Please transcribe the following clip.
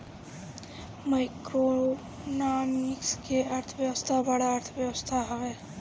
macroeconomics के अर्थ बड़ अर्थव्यवस्था हवे